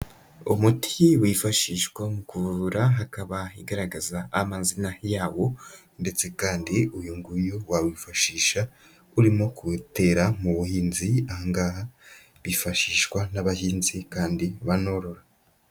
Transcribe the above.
Umuti wifashishwa mu kuvura hakaba igaragaza amazina yawo ndetse kandi uyu nguyu wawifashisha urimo kuwutera mu buhinzi, aha ngaha bifashishwa n'abahinzi kandi banorora.